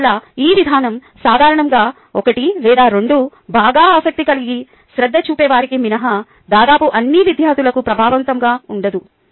అందువల్ల ఈ విధానం సాధారణంగా 1 లేదా 2 బాగా ఆసక్తి కలిగి శ్రద్ధ చూపేవారికి మినహా దాదాపు అన్ని విద్యార్థులకు ప్రభావవంతంగా ఉండదు